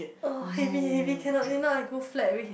oh heavy heavy cannot if not I go flat already